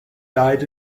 died